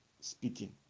speaking